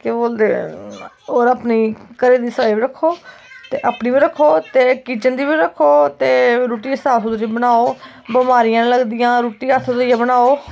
केह् बोलदे ते होर अपने घरै दा सफाई बी रक्खो ते अपनी बी रक्खो ते किचन दी बी रक्खो ते रुट्टी साफ सुथरी बनाओ बमारियां नी लगदियां हत्थ साफ